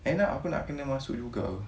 end up aku nak kena masuk juga apa